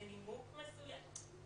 לנימוק מסוים.